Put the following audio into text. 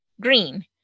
Green